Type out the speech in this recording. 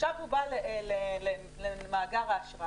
עכשיו הוא בא למאגר האשראי